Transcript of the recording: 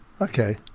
okay